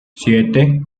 siete